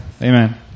Amen